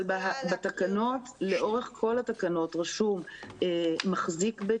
אבל לאורך כל התקנות רשום "מחזיק בית